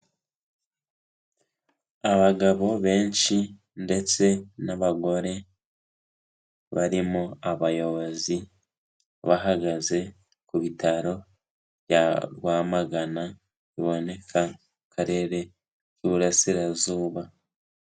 Abagabo benshi ndetse n'abagore, barimo abayobozi, bahagaze ku bitaro bya Rwamagana biboneka mu karere k'Iburarasirazuba.